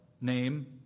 name